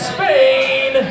Spain